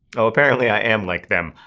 oh. apparently i am like them.